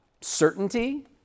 certainty